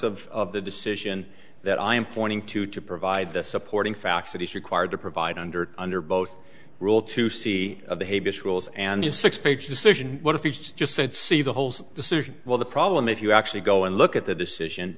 of the decision that i am pointing to to provide the supporting facts that he's required to provide under under both rule to see a behavior schools and a six page decision what if he's just said see the holes decision well the problem if you actually go and look at the decision